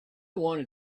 wanted